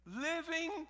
living